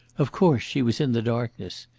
of course, she was in the darkness.